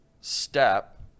step